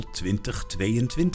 2022